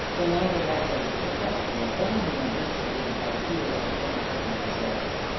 the latter method is effectual only when instigated by fear of unpleasant results.